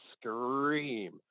scream